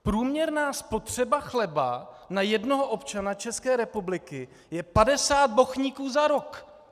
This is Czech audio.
Průměrná spotřeba chleba na jednoho občana České republiky je 50 bochníků za rok.